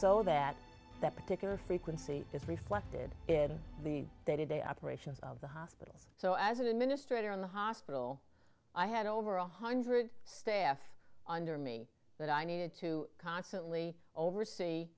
so that that particular frequency is reflected in the day to day operations of the hospitals so as an administrator in the hospital i had over one hundred staff under me that i needed to constantly oversee